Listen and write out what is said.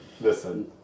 listen